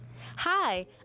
Hi